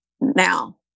now